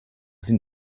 sind